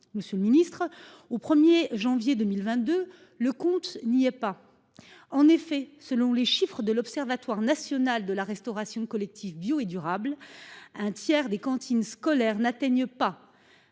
Monsieur le Ministre, au 1er janvier 2022, le compte n'y est pas. En effet, selon les chiffres de l'Observatoire national de la restauration collective bio et durable. Un tiers des cantines scolaires n'atteignent pas.